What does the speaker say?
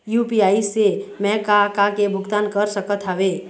UPI से मैं का का के भुगतान कर सकत हावे?